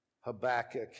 Habakkuk